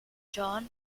joan